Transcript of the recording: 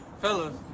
fellas